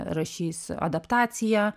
rašys adaptaciją